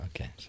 Okay